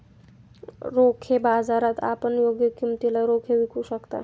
रोखे बाजारात आपण योग्य किमतीला रोखे विकू शकता